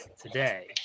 today